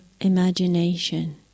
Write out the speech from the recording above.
imagination